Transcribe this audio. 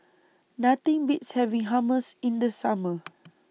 Nothing Beats having Hummus in The Summer